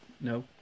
No